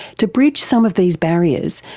to bridge some of these barriers,